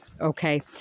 Okay